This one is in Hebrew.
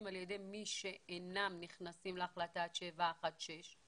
על ידי מי שאינם נכנסים להחלטה 716,